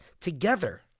together